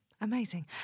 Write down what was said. amazing